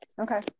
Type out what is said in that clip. Okay